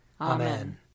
Amen